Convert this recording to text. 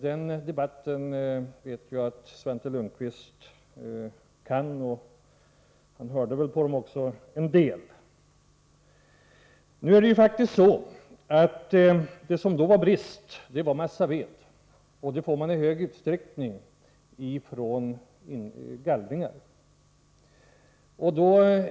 Den debatten vet jag att Svante Lundkvist kan; han hörde väl en del på den också. Det rådde då faktiskt brist på massaved. Sådan får man i stor utsträckning från gallringar.